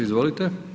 Izvolite.